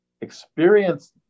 experience